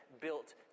built